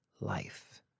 life